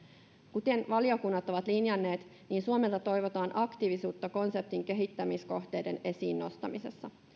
kuten valiokunnat ovat linjanneet suomelta toivotaan aktiivisuutta konseptin kehittämiskohteiden esiin nostamisessa